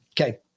okay